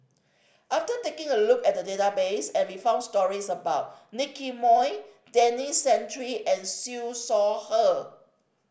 after taking a look at the database I we found stories about Nicky Moey Denis Santry and Siew Shaw Her